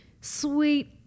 sweet